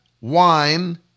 wine